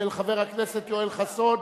של חבר הכנסת יואל חסון,